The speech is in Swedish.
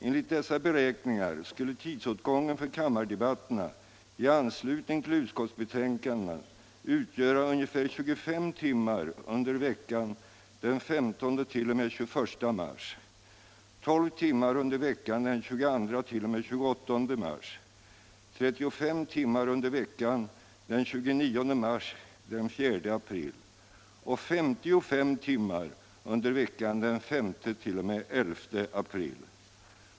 Enligt dessa beräkningar skulle tidsåtgången för kammardebatterna i anslutning till utskottsbetänkanden utgöra ungefär 25 timmar under veckan den 15-21 mars, 12 timmar under veckan den 22-28 mars, 35 timmar under veckan den 29 mars-4 april och 55 timmar under veckan den 5-11 april.